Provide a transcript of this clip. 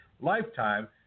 lifetime